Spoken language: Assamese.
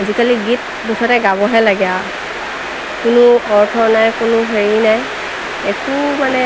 আজিকালি গীত মুঠতে গাবহে লাগে আৰু কোনো অৰ্থ নাই কোনো হেৰি নাই একো মানে